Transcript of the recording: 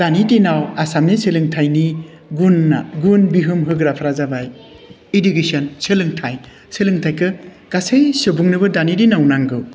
दानि दिनाव आसामनि सोलोंथाइनि गुना गुन बिहोम होग्राफ्रा जाबाय इडुकेसन सोलोंथाइ सोलोंथाइखौ गासै सुबुंनोबो दानि दिनाव नांगौ